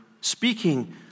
speaking